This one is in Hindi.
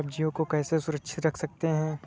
सब्जियों को कैसे सुरक्षित रख सकते हैं?